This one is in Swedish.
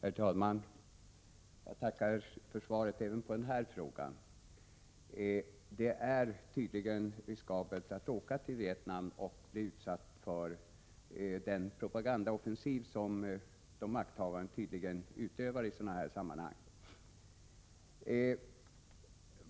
Herr talman! Jag tackar för svaret även på denna fråga. Det är tydligen riskabelt att åka till Vietnam och bli utsatt för den propagandaoffensiv som de makthavande uppenbarligen bedriver i sådana här sammanhang.